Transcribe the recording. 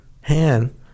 hand